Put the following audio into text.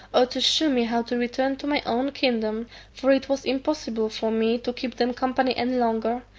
or to shew me how to return to my own kingdom for it was impossible for me to keep them company any longer,